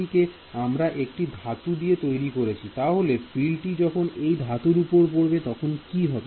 এবং সেই অংশটি কে আমরা একটি ধাতু দিয়ে তৈরি করেছি তাহলে ফিল্ডটি যখন এই ধাতুর উপর পড়বে তখন কি হবে